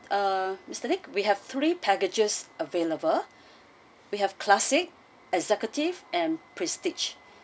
uh mister nick we have three packages available we have classic executive and prestige